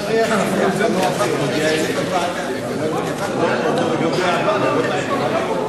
התש"ע 2010, לדיון מוקדם בוועדת הכלכלה נתקבלה.